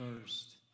first